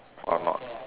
or not